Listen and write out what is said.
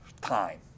Time